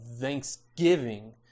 thanksgiving